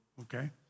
Okay